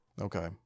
Okay